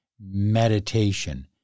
meditation